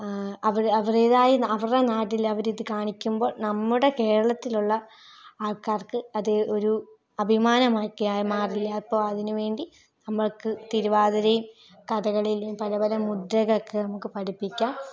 അവർ അവരേതായ അവരുടെ നാട്ടിൽ അവർ ഇത് കാണിക്കുമ്പോൾ നമ്മുടെ കേരളത്തിലുള്ള ആൾക്കാർക്ക് അത് ഒരു അഭിമാനമൊക്കെയായി മാറിയപ്പോൾ അതിനുവേണ്ടി നമ്മൾക്ക് തിരുവാതിരയും കഥകളിയിലെ പല പല മുദ്രകളൊക്കെ നമുക്ക് പഠിപ്പിക്കാം